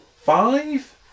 Five